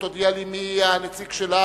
אם היא תודיע לי מי הנציג שלה,